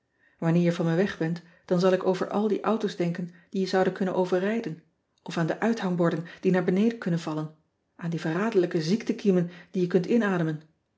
anneer je van me weg bent dan zal ik over al die auto s denken die je zouden kunnen overrijden of aan de uithangborden die naar beneden kunnen vallen aan die verraderlijke ziektekiemen die je kunt inademen